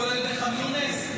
כולל בח'אן יונס?